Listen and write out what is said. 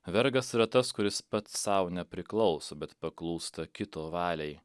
vergas yra tas kuris pats sau nepriklauso bet paklūsta kito valiai